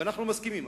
ואנחנו מסכימים,